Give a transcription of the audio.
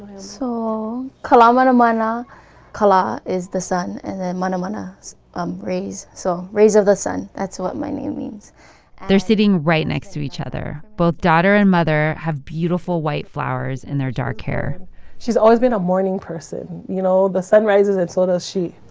so kalamanamana kala is the sun, and then manamana is um rays. so rays of the sun that's what my name means they're sitting right next to each other. both daughter and mother have beautiful, white flowers in their dark hair she's always been a morning person, you know? the sun rises and so does she.